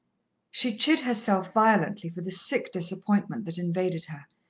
she chid herself violently for the sick disappointment that invaded her,